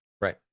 Right